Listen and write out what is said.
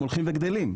והם הולכים וגדלים,